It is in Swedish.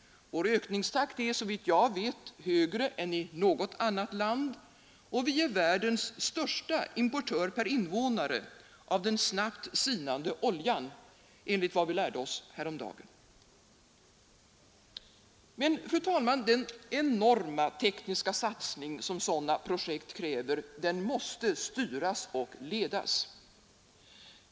Vår ökningstakt är, såvitt jag vet, högre än i något annat land, och vi är världens största importörer per invånare av den snabbt sinande oljan, enligt vad vi lärde oss häromdagen. Fru talman! Den enorma tekniska satsning som sådana projekt kräver måste styras och ledas.